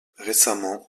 récemment